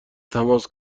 تماس